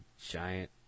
giant